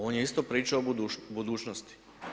On je isto pričao o budućnosti.